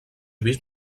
vist